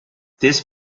this